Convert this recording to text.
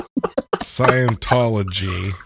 Scientology